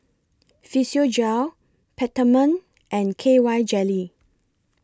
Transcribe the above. Physiogel Peptamen and K Y Jelly